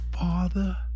father